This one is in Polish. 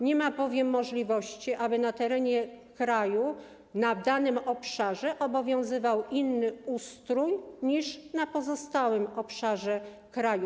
Nie ma bowiem możliwości, aby na terenie kraju na danym obszarze obowiązywał inny ustrój niż na pozostałym obszarze kraju.